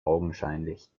augenscheinlich